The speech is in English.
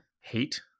hate